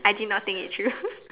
I did not think it through